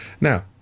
Now